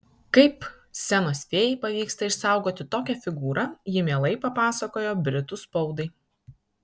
kaip scenos fėjai pavyksta išsaugoti tokią figūrą ji mielai papasakojo britų spaudai